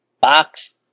Box